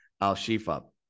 Al-Shifa